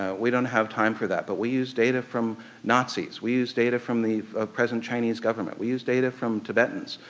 ah we don't have time for that but we use data from nazis. we use data from the present chinese government. we use data from tibetans.